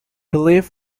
lives